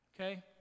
Okay